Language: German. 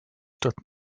stadt